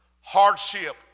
hardship